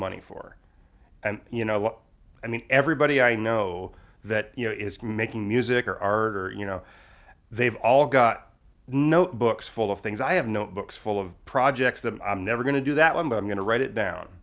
money for and you know what i mean everybody i know that you know is making music or are you know they've all got notebooks full of things i have no books full of projects that i'm never going to do that one but i'm going to write it down